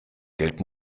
geld